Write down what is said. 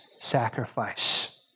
sacrifice